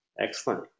Excellent